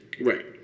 Right